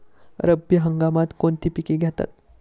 रब्बी हंगामात कोणती पिके घेतात?